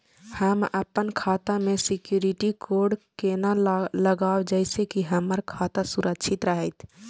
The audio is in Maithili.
हम अपन खाता में सिक्युरिटी कोड केना लगाव जैसे के हमर खाता सुरक्षित रहैत?